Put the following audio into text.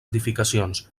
edificacions